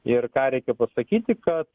ir ką reikia pasakyti kad